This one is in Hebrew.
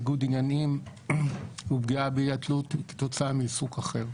ניגוד עניינים ופגיעה באי-תלות כתוצאה מעיסוק אחרי.